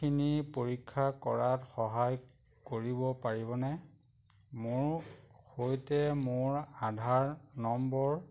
খিনি পৰীক্ষা কৰাত সহায় কৰিব পাৰিবনে মোৰ সৈতে মোৰ আধাৰ নম্বৰ